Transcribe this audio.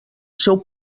seu